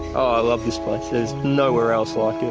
i love this place, there's nowhere else like it.